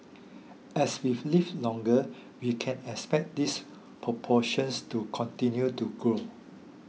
as we've live longer we can expect this proportions to continue to grow